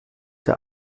der